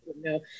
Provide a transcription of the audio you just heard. No